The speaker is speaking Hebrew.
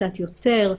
קצת יותר,